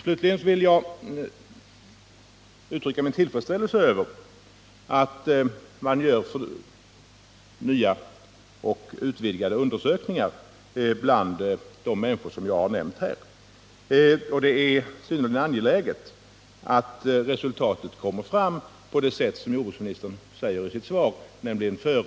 Slutligen vill jag uttrycka min tillfredsställelse över att man gör nya och utvidgade undersökningar bland de människor jag har nämnt här. Det är synnerligen angeläget att resultat kommer fram före nästa sprutsäsong, såsom jordbruksministern säger i sitt svar.